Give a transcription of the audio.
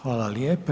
Hvala lijepa.